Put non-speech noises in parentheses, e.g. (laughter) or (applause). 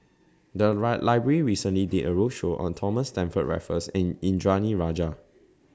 The (unintelligible) Library recently did A roadshow on Thomas Stamford Raffles and Indranee Rajah